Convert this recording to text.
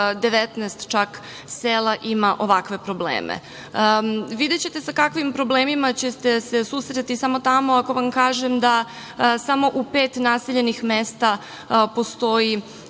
19 sela ima ovakve probleme. Videćete sa kakvim problemima ćete se susresti samo tamo, ako vam kažem da samo u pet naseljenih mesta postoji